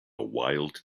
wild